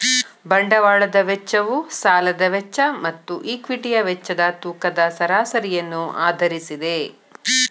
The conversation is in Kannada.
ಬಂಡವಾಳದ ವೆಚ್ಚವು ಸಾಲದ ವೆಚ್ಚ ಮತ್ತು ಈಕ್ವಿಟಿಯ ವೆಚ್ಚದ ತೂಕದ ಸರಾಸರಿಯನ್ನು ಆಧರಿಸಿದೆ